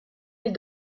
ile